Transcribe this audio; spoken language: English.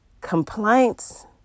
Complaints